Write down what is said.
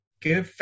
good